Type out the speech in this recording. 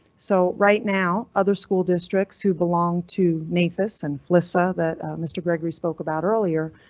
so right now other school districts who belong to nafis and flisa that mr gregory spoke about earlier.